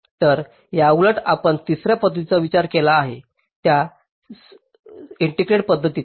तर याउलट आपण तिसर्या पध्दतीचा विचार केला आहे त्या समाकलित पध्दतीचा